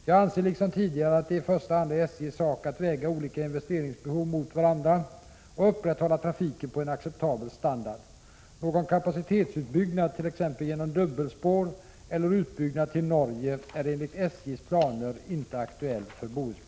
Jag anser liksom tidigare att det i första hand är SJ:s sak att väga olika investeringsbehov mot varandra och upprätthålla trafiken på en acceptabel standard.